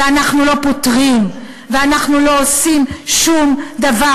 ואנחנו לא פותרים ואנחנו לא עושים שום דבר